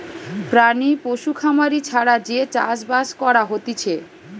প্রাণী পশু খামারি ছাড়া যে চাষ বাস করা হতিছে